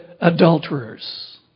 adulterers